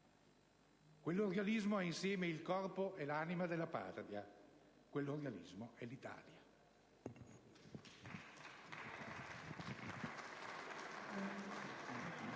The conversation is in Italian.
Quell'organismo è insieme il corpo e l'anima della Patria. Quell'organismo è l'Italia.